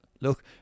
Look